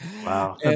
Wow